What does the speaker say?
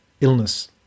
illness